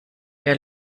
der